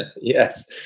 yes